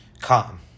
calm